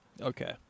Okay